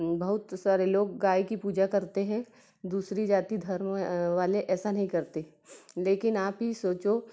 बहुत सारे लोग गाय की पूजा करते हैं दूसरी जाति धर्म वाले ऐसा नहीं करते लेकिन आप ही सोचो